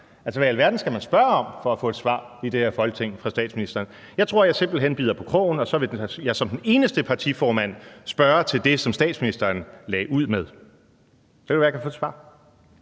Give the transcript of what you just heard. Altså, hvad i alverden skal man spørge om for at få et svar fra statsministeren i det her Folketing? Jeg tror, at jeg simpelt hen bider på krogen, og så vil jeg som den eneste partiformand spørge til det, som statsministeren lagde ud med. Så kan det være, jeg kan få et svar.